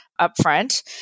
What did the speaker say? upfront